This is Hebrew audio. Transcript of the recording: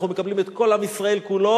אנחנו מקבלים את כל עם ישראל כולו,